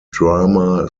drama